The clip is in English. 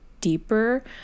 deeper